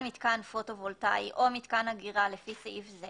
מיתקן פוטו וולטאי או מיתקן אגירה לפי סעיף זה